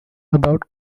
about